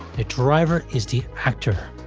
the driver is the actor.